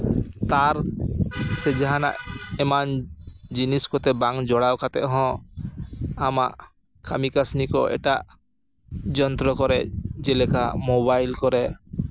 ᱛᱟᱨ ᱥᱮ ᱡᱟᱦᱟᱱᱟᱜ ᱮᱢᱟᱱ ᱡᱤᱱᱤᱥ ᱠᱚᱛᱮ ᱵᱟᱝ ᱡᱚᱲᱟᱣ ᱠᱟᱛᱮᱫ ᱦᱚᱸ ᱟᱢᱟᱜ ᱠᱟᱹᱢᱤ ᱠᱟᱹᱥᱱᱤ ᱠᱚ ᱮᱴᱟᱜ ᱡᱚᱱᱛᱨᱚ ᱠᱚᱨᱮᱜ ᱡᱮᱞᱮᱠᱟ ᱢᱳᱵᱟᱭᱤᱞ ᱠᱚᱨᱮ